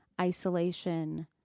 isolation